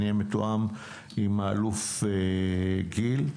אני אהיה מתואם עם האלוף גיל.